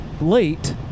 late